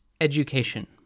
education